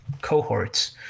cohorts